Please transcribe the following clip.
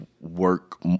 work